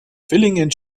villingen